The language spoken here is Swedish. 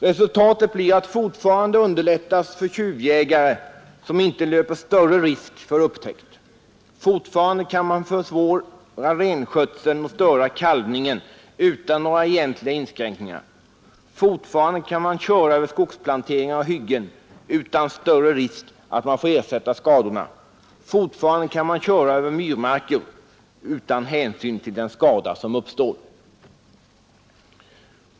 Resultatet blir att fortfarande underlättas framfarten för tjuvjägare som inte löper större risk för upptäckt, fortfarande kan man försvåra renskötseln och störa kalvningen utan några egentliga inskränkningar, fortfarande kan man köra över skogsplanteringar och hyggen utan större risk att man får ersätta skadorna, fortfarande kan man köra över myrmarker utan att ta hänsyn till den skada som uppstår.